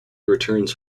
returns